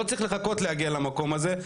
לא צריך לחכות להגיע למקום הזה,